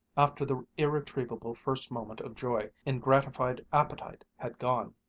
after the irretrievable first moment of joy in gratified appetite had gone.